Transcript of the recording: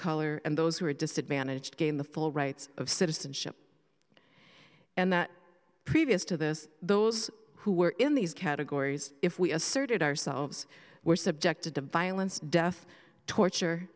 color and those who are disadvantaged gain the full rights of citizenship and that previous to this those who were in these categories if we asserted ourselves were subjected to violence death torture